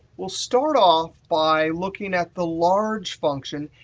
we'll start off by looking at the large function.